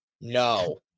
no